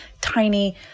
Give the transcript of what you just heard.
tiny